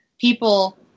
people